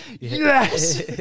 Yes